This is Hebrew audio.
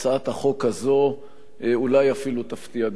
החוק הזאת אולי אפילו תפתיע גם אותך.